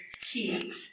key